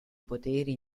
poteri